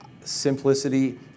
simplicity